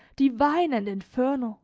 divine and infernal